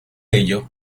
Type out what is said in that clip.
ello